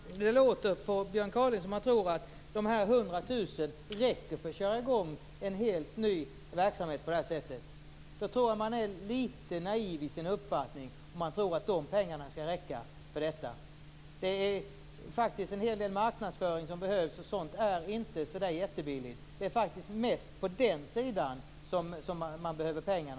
Herr talman! Det låter som att Björn Kaaling tror att dessa 100 000 kr räcker för att köra i gång en helt ny verksamhet. Om man tror att de pengarna skall räcka är man litet naiv i sin uppfattning. Det behövs faktiskt en hel del marknadsföring, och sådant är inte så billigt. Det är mest på den sidan man behöver pengar.